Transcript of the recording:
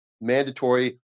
mandatory